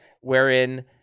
wherein